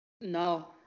No